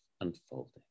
unfolding